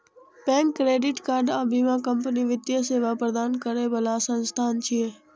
bank, credit card आ बीमा company वित्तीय सेवा प्रदान करै बला संस्थान छियै